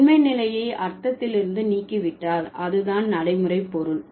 உண்மை நிலையை அர்த்தத்திலிருந்து நீக்கிவிட்டால் அது தான் நடைமுறை பொருள்